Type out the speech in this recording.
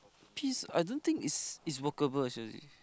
peace I don't think it's workable seriously